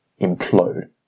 implode